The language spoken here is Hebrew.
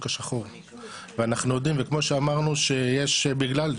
השחור ואנחנו יודעים וכמו שאמרנו שיש בגלל,